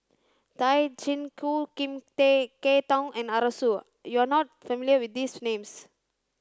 Tay Chin Joo Lim Kay Tong and Arasu you are not familiar with these names